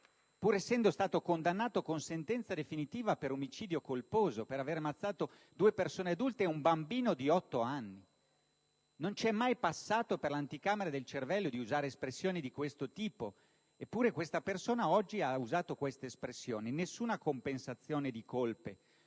pur essendo stato condannato con sentenza definitiva per omicidio colposo, per aver ucciso due persone adulte e un bambino di otto anni. *(Applausi dal Gruppo LNP).* Non ci è mai passato per l'anticamera del cervello di usare espressioni di questo tipo. Eppure questa persona oggi ha usato quella espressione. Nessuna compensazione di colpe,